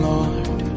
Lord